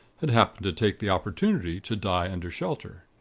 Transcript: had happened to take the opportunity to die under shelter.